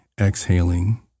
exhaling